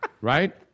right